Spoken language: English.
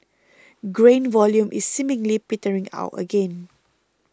grain volume is seemingly petering out again